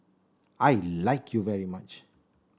I like you very much